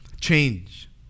change